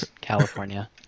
California